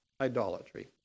idolatry